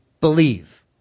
believe